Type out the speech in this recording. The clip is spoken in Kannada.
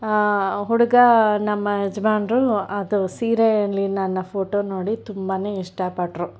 ಹುಡುಗ ನಮ್ಮ ಯಜಮಾನರು ಅದು ಸೀರೇಲಿ ನನ್ನ ಫೋಟೋ ನೋಡಿ ತುಂಬನೇ ಇಷ್ಟಪಟ್ಟರು